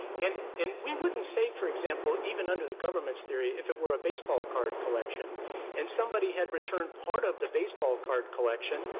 and and we wouldn't say, for example, even under the government's theory, if it were a baseball card collection and somebody had returned part of the baseball card collection,